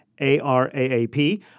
ARAAP